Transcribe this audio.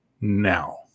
now